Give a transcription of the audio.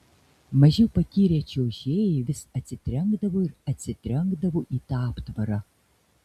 mažiau patyrę čiuožėjai vis atsitrenkdavo ir atsitrenkdavo į tą aptvarą